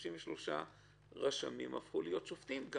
33 רשמים, הפכו להיות שופטים.